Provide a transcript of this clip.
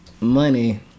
money